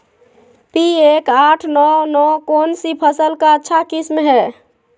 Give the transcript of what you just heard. P एक आठ नौ नौ कौन सी फसल का अच्छा किस्म हैं?